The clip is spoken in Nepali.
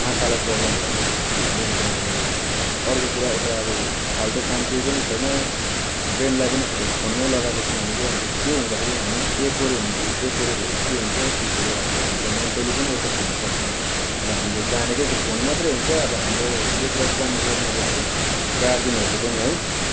आँखालाई प्रब्लम भयो मेन कुरा त अर्को कुरा यता अब फाल्टो काम केही पनि छैन ब्रेनलाई पनि फोनमै लगाएको छौँ हामीले अन्त त्यो हुँदाखेरि हामी एकोहोरे हुन्छौँ एकोहोरे भएपछि के हुन्छ पछिबाट अब हामीलाई मेन्टली पनि इफेक्ट हुनसक्छ अब हामीले जानेकै त्यो फोन मात्रै हुन्छ अब हाम्रो यो कुरा चाहिँ जान्नुपर्ने अब हाम्रो गार्जेनहरूले पनि है